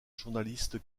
journaliste